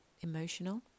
emotional